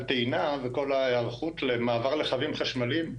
הטעינה וכל ההיערכות למעבר לרכבים חשמליים.